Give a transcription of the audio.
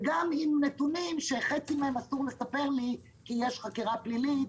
וגם עם נתונים שחצי מהם אסור לספר לי כי יש חקירה פלילית,